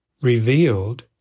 revealed